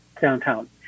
downtown